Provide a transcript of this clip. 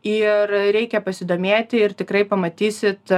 ir reikia pasidomėti ir tikrai pamatysit